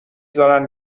زارن